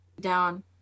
down